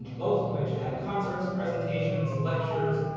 both of which had concerts, presentations, lectures,